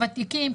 ותיקים,